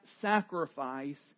sacrifice